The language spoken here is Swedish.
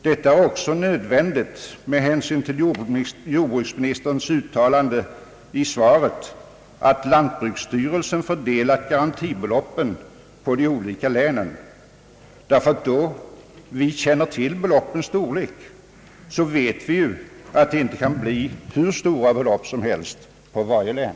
Detta torde också framgå av jordbruksministerns uttalande i svaret, att lantbruksstyrelsen fördelat garantibeloppen på de olika länen — när vi känner till beloppens storlek vet vi ju att det inte kan bli hur stora summor som helst på varje län.